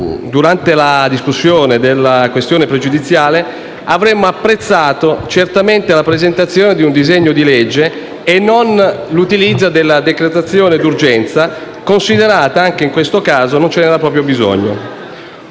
durante la discussione della questione pregiudiziale - avremmo apprezzato la presentazione di un disegno di legge e non l'utilizzo della decretazione d'urgenza, considerata, anche in questo caso, non necessaria.